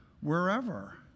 wherever